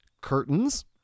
Curtains